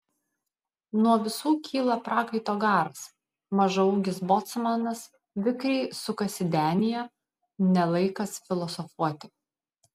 nuo visų kyla prakaito garas mažaūgis bocmanas vikriai sukasi denyje ne laikas filosofuoti